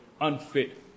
unfit